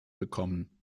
bekommen